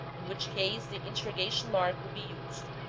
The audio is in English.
in which case the interrogation mark would be used,